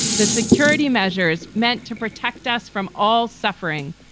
the security measures meant to protect us from all suffering.